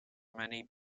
many